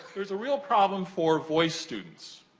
there's a real problem for voice students.